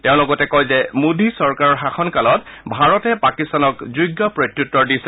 তেওঁ লগতে কয় যে মোদী চৰকাৰৰ শাসনকালত ভাৰতে পাকিস্তানক যোগ্য প্ৰত্যুত্তৰ দিছে